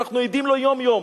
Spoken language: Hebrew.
ואנחנו עדים לו יום יום.